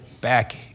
back